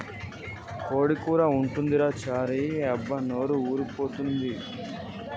కోడి కూర ఉంటదిరా చారీ అబ్బా నోరూరి పోతన్నాది